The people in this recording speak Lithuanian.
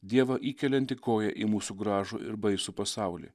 dievą įkeliantį koją į mūsų gražų ir baisų pasaulį